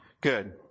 Good